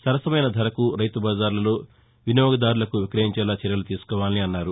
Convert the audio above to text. సరసమైన ధరకు రైతుబజార్లలో వినియోగ దారులకు విక్రయించేలా చర్యలు తీసుకోవాలని అన్నారు